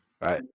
right